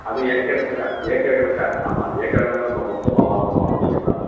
அது ஏக்கர் கணக்காக ஏக்கர் கணக்கா ஆமாம் ஏக்கர் கணக்காக நம்ம மொத்தமாக வாங்கிறோம் அப்படிங்கறனால